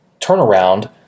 turnaround